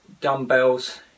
dumbbells